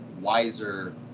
wiser